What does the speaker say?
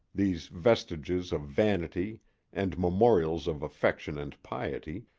these vestiges of vanity and memorials of affection and piety,